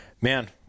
man